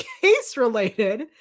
case-related